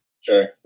Sure